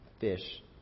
fish